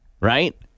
Right